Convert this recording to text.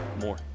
More